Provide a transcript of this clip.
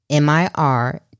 Mir